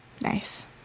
Nice